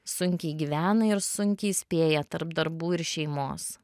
sunkiai gyvena ir sunkiai spėja tarp darbų ir šeimos